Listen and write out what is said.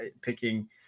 picking